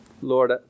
Lord